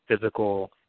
physical